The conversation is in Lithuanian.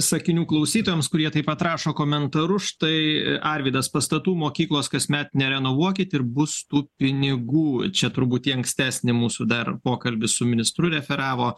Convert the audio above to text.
sakinių klausytojams kurie taip pat rašo komentarus štai arvydas pastatų mokyklos kasmet nerenovuokit bus tų pinigų čia turbūt į ankstesni mūsų dar pokalbį su ministru referavo